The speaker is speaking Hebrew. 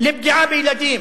לפגיעה בילדים.